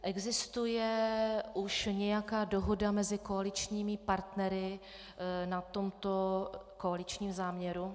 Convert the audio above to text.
Existuje už nějaká dohoda mezi koaličními partnery na tomto koaličním záměru?